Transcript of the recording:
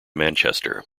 manchester